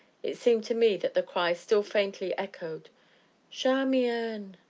it seemed to me that the cry still faintly echoed charmian.